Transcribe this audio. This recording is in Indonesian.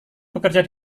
bekerja